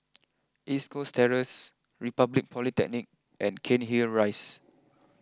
East Coast Terrace Republic Polytechnic and Cairnhill Rise